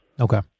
Okay